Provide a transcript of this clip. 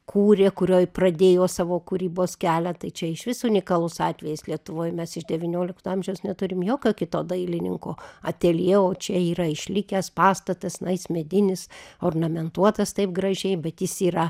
kūrė kurioj pradėjo savo kūrybos kelią tai čia išvis unikalus atvejis lietuvoj mes iš devyniolikto amžiaus neturim jokio kito dailininko ateljė o čia yra išlikęs pastatas medinis ornamentuotas taip gražiai bet jis yra